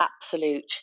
absolute